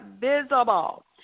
visible